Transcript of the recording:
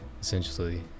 essentially